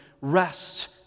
rest